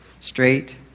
Straight